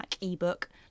e-book